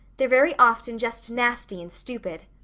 they're very often just nasty and stupid.